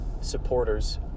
supporters